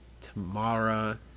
Tamara